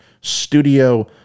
studio